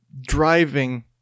driving